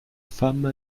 femme